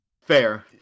fair